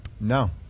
No